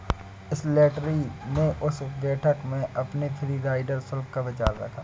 Slattery ने उस बैठक में अपने फ्री राइडर शुल्क का विचार रखा